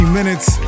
minutes